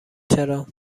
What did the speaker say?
چرا